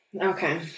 Okay